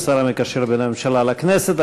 השר המקשר בין הממשלה לכנסת.